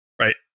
Right